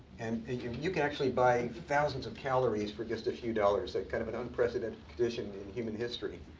and and you you can actually buy thousands of calories for just a few dollars. like kind of an unprecedented condition in human history.